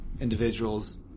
individuals